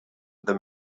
the